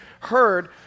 heard